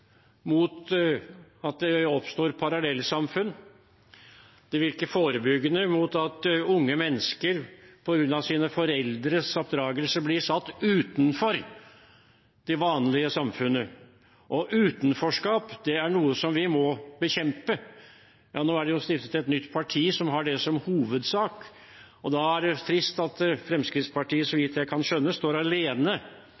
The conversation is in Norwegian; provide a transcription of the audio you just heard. mot at det oppstår parallellsamfunn. Det vil virke forebyggende mot at unge mennesker, på grunn av sine foreldres oppdragelse, blir satt utenfor det vanlige samfunnet. Utenforskap er noe vi må bekjempe. Nå er det stiftet et nytt parti som har det som hovedsak. Da er det trist at Fremskrittspartiet, så